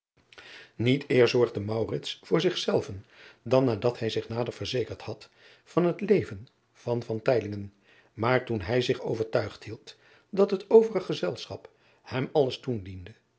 iet eer zorgde voor zichzelven dan nadat hij zich nader verzekerd had van het leven van maar toen hij zich overtuigd hield dat het overig gezelschap hem alles toediende